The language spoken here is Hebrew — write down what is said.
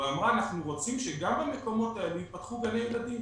ואמרה אנחנו רוצים שגם במקומות האלה ייפתחו גני ילדים.